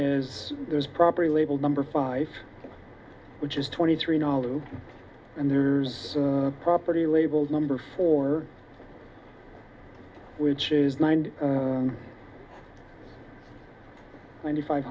is there's property labeled number five which is twenty three dollars and there's a property labeled number four which is mind ninety five